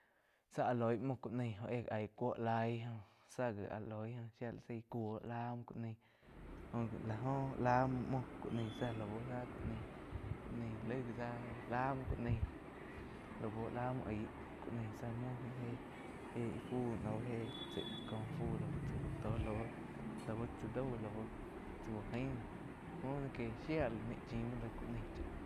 Zá áh loi muo ku naí joh éh aí cúo laí záh gi áh loi kuo lá muo ku naí jo gi lá óh lá muo muoh zá lau záh ku naí laig. La muo ku naí laú la muo aíg ku naí, zá muo ná éh fu éh chaih ko fu laú chá uh tó lau tzá dau lau chá uh jain muoná que shía lai maig chim muo laig ku naí chá.